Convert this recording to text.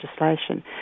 legislation